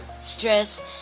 stress